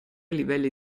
livelli